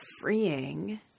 freeing